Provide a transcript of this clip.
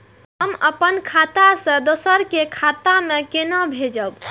हम आपन खाता से दोहरा के खाता में केना भेजब?